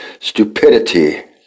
stupidity